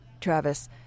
Travis